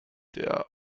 der